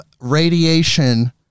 radiation